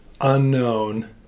Unknown